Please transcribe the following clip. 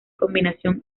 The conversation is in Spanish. combinación